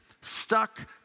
Stuck